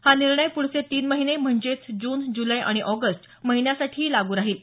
हा निर्णय पुढचे तीन महिने म्हणजेच जून जुलै आणि ऑगस्ट महिन्यासाठीही लागू राहील